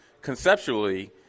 conceptually